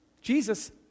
jesus